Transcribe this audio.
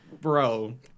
bro